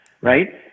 Right